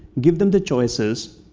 give them the choices,